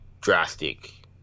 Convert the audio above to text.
drastic